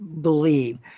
believe